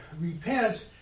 repent